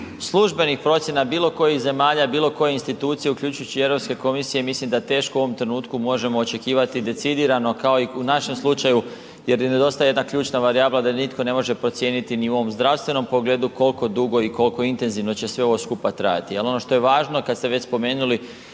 službenih procjena bilo kojih zemalja, bilo kojih institucija uključujući i Europske komisije mislim da teško u ovom trenutku možemo očekivati decidirano kao i u našem slučaju jer nedostaje jedna ključna varijabla da nitko ne može procijeniti ni u ovom zdravstvenom pogledu koliko dugo i koliko intenzivno će sve ovo skupa trajati. Jer ono što je važno kad ste već spomenuli